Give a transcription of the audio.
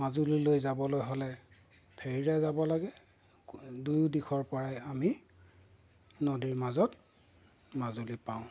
মাজুলীলৈ যাবলৈ হ'লে ফেৰীৰে যাব লাগে দুয়ো দিশৰপৰাই আমি নদীৰ মাজত মাজুলী পাওঁ